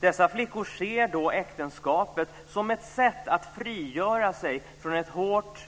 Dessa flickor ser då äktenskapet som ett sätt att frigöra sig från ett hårt